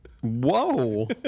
Whoa